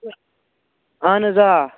اَہَن حظ آ